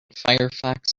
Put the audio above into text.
firefox